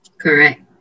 Correct